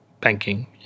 banking